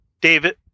david